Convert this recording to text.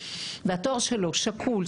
והתואר שלו שקול,